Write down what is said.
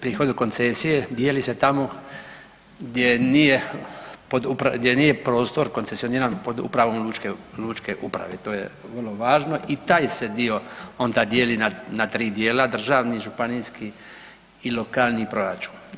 Prihod od koncesije dijeli se tamo gdje nije pod, gdje nije prostor koncesioniran pod upravom lučke uprave, to je vrlo važno i taj se dio onda dijeli na tri dijela, državni, županijski i lokalni proračun.